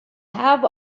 have